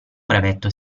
brevetto